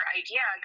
idea